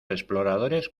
exploradores